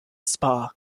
spa